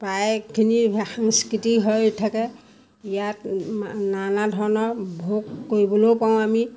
প্ৰায়খিনি সাংস্কৃতিক হৈ থাকে ইয়াত নানা ধৰণৰ ভোগ কৰিবলৈও পাওঁ আমি